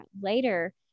later